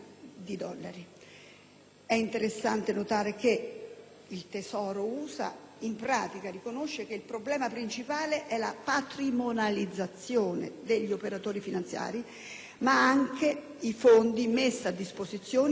È interessante notare che il Tesoro USA, in pratica, riconosce che il problema principale è la patrimonializzazione degli operatori finanziari, ma anche che i fondi messi a disposizione devono essere utilizzati